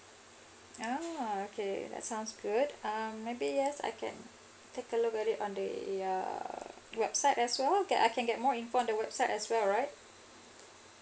ah okay that sounds good um maybe yes I can take a look at it on the err website as well can I can get more info on the website as well right